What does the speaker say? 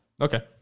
Okay